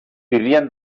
vivien